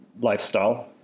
lifestyle